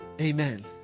amen